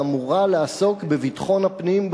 האמורה לעסוק בביטחון הפנים,